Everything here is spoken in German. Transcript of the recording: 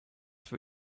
für